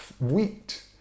wheat